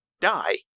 die